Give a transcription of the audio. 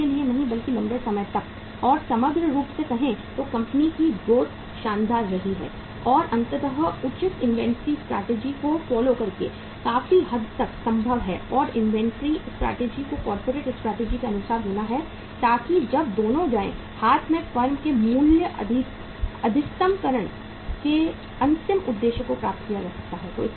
आज के लिए नहीं बल्कि लंबे समय तक और समग्र रूप से कहें तो कंपनी की ग्रोथ शानदार रही है और अंतत उचित इन्वेंट्री स्ट्रैटेजी को फॉलो करके काफी हद तक संभव है और इन्वेंट्री स्ट्रैटेजी को कॉरपोरेट स्ट्रैटेजी के अनुसार होना है ताकि जब दोनों जाएं हाथ में फर्म के मूल्य अधिकतमकरण के अंतिम उद्देश्य को प्राप्त किया जा सकता है